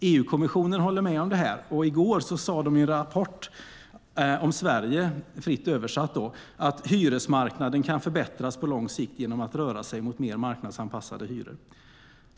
EU-kommissionen håller med om det här, och i går sade de i en rapport om Sverige, fritt översatt, att hyresmarknaden kan förbättras på lång sikt genom att man rör sig mot mer marknadsanpassade hyror.